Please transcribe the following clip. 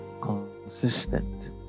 consistent